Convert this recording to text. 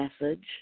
message